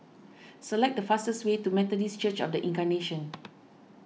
select the fastest way to Methodist Church of the Incarnation